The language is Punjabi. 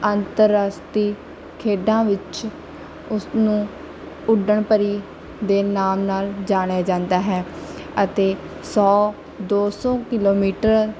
ਅੰਤਰਰਾਸ਼ਟਰੀ ਖੇਡਾਂ ਵਿੱਚ ਉਸਨੂੰ ਉੱਡਣਪਰੀ ਦੇ ਨਾਮ ਨਾਲ ਜਾਣਿਆ ਜਾਂਦਾ ਹੈ ਅਤੇ ਸੌ ਦੋ ਸੌ ਕਿਲੋਮੀਟਰ